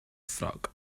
ffrog